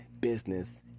business